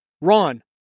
Ron